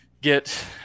get